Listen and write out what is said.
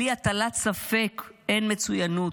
בלי הטלת ספק אין מצוינות,